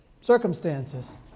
circumstances